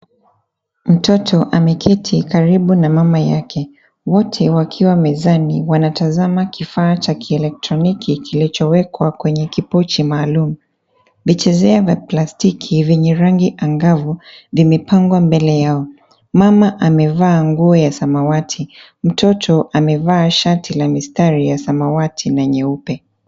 Mtoto ameketi karibu na mama yake, wote wakiwa mezani wanatazama kifaa cha kielektroniki kilichowekwa kwenye kipochi maalum, Lichezea na plastiki vyenye rangi angavu limepangwa mbele yao. mama amevaa nguo ya samawati mtoto amevaa shati la mistari ya samawati na nyeupe.